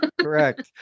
Correct